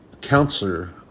counselor